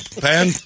Pan